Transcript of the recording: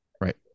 Right